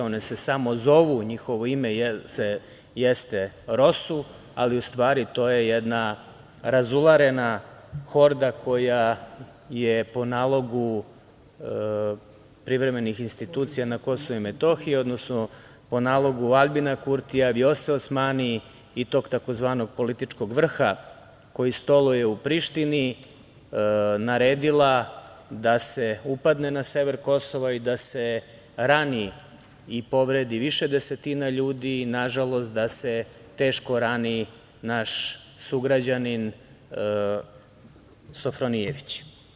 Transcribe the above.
One se samo zovu, njihovo ime je ROSU, ali u stvari to je jedna razularena horda koja je po nalogu privremenih institucija na KiM, odnosno po nalogu Aljbina Kurtija, Vljose Osmani i tog tzv. političkog vrha koji stoluje u Prištini, naredila da se upadne na sever Kosova i da se rani i povredi više desetina ljudi, nažalost da se teško rani naš sugrađanin Sofronijević.